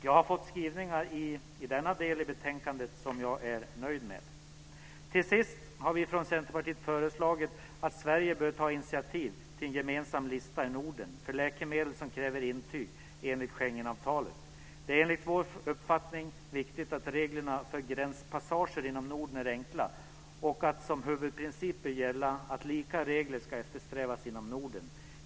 Jag är nöjd med skrivningarna i denna del i betänkandet. Till sist har vi från Centerpartiet föreslagit att Sverige bör ta initiativ till en gemensam lista i Norden för läkemedel som kräver intyg enligt Schengenavtalet. Det är, enligt vår uppfattning, viktigt att reglerna för gränspassager inom Norden är enkla. Som huvudprincip bör gälla att lika regler ska eftersträvas inom Norden.